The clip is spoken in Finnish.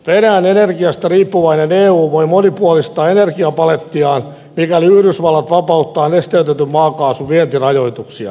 venäjän energiasta riippuvainen eu voi monipuolistaa energiapalettiaan mikäli yhdysvallat vapauttaa nesteytetyn maakaasun vientirajoituksia